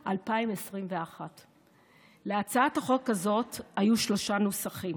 בנובמבר 2021. להצעת החוק הזאת היו שלושה נוסחים.